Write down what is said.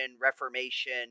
Reformation